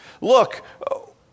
look